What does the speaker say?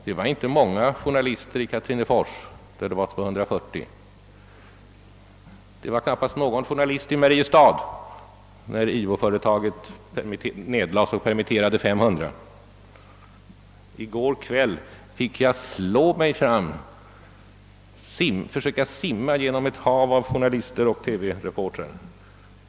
Det var inte många journalister i Katrinefors där det gällde friställning av 240 man; det var knappast några journalister i Mariestad när Iwo lades ned och 500 permitterades. I går kväll fick jag slå mig fram, försöka simma genom ett hav av journalister och TV-reportrar.